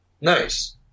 Nice